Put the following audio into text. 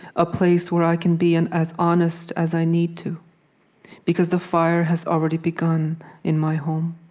a place where i can be and as honest as i need to because the fire has already begun in my home,